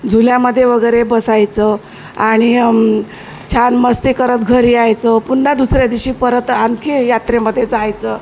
झुल्यामध्ये वगैरे बसायचं आणि छान मस्ती करत घरी यायचं पुन्हा दुसऱ्या दिवशी परत आणखी यात्रेमध्ये जायचं